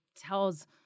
tells